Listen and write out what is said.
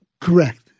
Correct